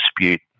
dispute